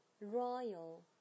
Royal